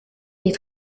est